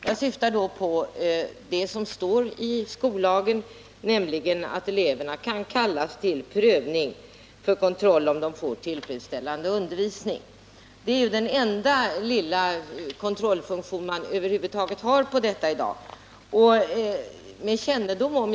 Jag syftar då på det som står i skollagen om att elever kan kallas till prövning för en kontroll av om de får tillfredsställande undervisning. Det är den enda lilla kontrollfunktionen i det här sammanhanget i dag.